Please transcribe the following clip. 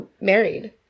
married